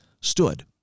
stood